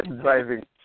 driving